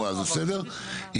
מעברים.